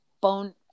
bone